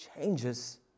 changes